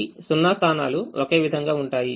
ఈ 0 స్థానాలు ఒకే విధంగా ఉంటాయి